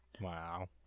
Wow